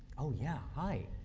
oh, yeah, hi.